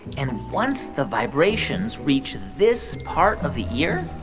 and once the vibrations reach this part of the ear,